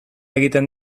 egiten